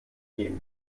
gegeben